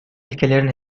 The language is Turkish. ülkelerin